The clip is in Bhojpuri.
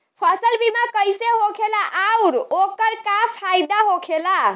फसल बीमा कइसे होखेला आऊर ओकर का फाइदा होखेला?